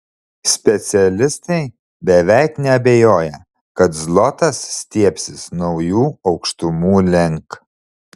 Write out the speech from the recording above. specialistai beveik neabejoja kad zlotas stiebsis naujų aukštumų link